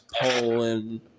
Poland